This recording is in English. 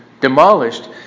demolished